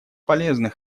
полезный